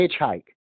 hitchhike